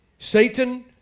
Satan